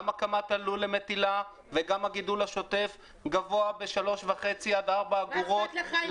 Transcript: גם הקמת הלול למטילה וגם הגידול השוטף גבוה ב- 3.5 4 אגורות.